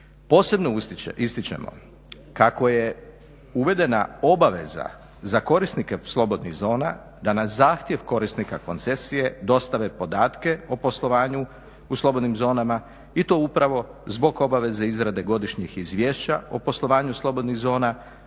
Posebno ističemo kako je uvedena obaveza za korisnike slobodnih zona da na zahtjev korisnika koncesije dostave podatke o poslovanju u slobodnim zonama i to upravo zbog obaveze izrade godišnjih izvješća o poslovanju slobodnih zona